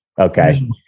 Okay